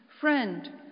Friend